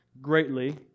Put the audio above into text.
greatly